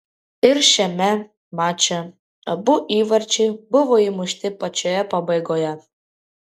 ir šiame mače abu įvarčiai buvo įmušti pačioje pabaigoje